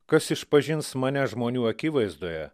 kas išpažins mane žmonių akivaizdoje